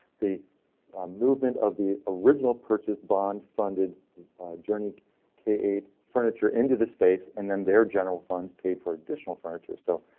the movement of the original purchase bond funded journey k eight furniture into the space and then their general funds paid for additional furniture so.